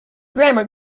grammar